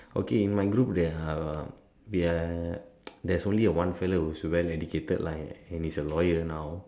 okay in my group there are there are there is only like one fellow who is very educated lah and he is a lawyer now